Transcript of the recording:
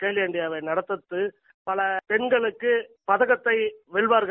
Khelo India நடத்துவது பல பெண்கள் பதக்கத்தை வெல்வார்கள்